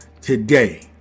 today